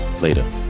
Later